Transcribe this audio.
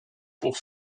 pour